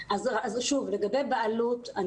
לגבי בעלות,